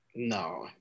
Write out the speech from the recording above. No